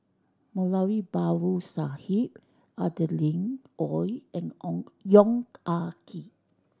Moulavi Babu Sahib Adeline Ooi and Ong Yong Ah Kee